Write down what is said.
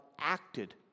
acted